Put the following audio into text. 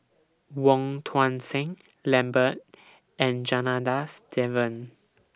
Wong Tuang Seng Lambert and Janadas Devan